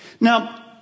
Now